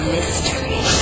Mystery